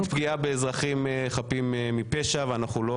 אנחנו נגד פגיעה באזרחים חפים מפשע ואנחנו לא